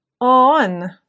on